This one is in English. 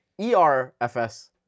ERFS